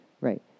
Right